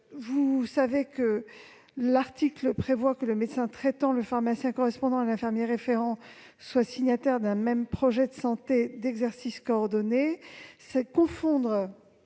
présent article prévoit que le médecin traitant, le pharmacien correspondant et l'infirmier référent soient signataires d'un même projet de santé d'exercice coordonné. C'est confondre,